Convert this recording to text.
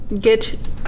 get